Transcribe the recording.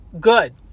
Good